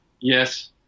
Yes